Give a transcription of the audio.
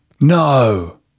No